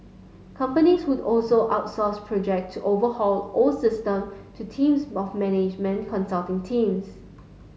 companies would also outsource project to overhaul old system to teams of management consulting teams